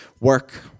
work